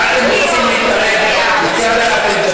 מה אתם רוצים להתערב לי?